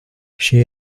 she